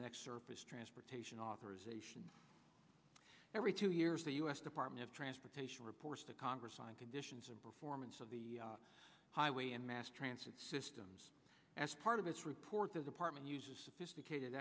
next service transportation authorization every two years the u s department of transportation reports to congress on conditions and performance of the highway and mass transit systems as part of its report the department uses sophisticated